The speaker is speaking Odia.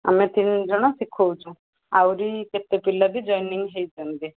ଆମେ ତିନି ଜଣ ଶିଖାଉଛୁ ଆହୁରି କେତେ ପିଲା ବି ଜଏନିଂ ହୋଇଛନ୍ତି